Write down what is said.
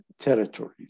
territories